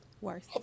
Worse